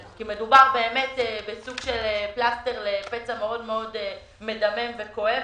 כי מדובר באמת בסוג של פלסטר לפצע מאוד מאוד מדמם וכואב,